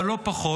אבל לא פחות,